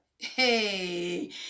Hey